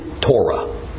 Torah